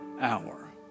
hour